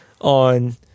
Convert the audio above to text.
on